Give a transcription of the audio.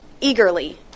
eagerly